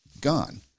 gone